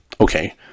okay